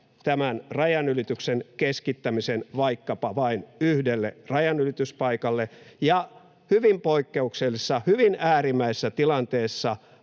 tämän rajanylityksen keskittämisen vaikkapa vain yhdelle rajanylityspaikalle, ja hyvin poikkeuksellisessa, hyvin äärimmäisessä tilanteessa